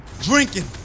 drinking